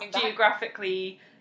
geographically